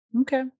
Okay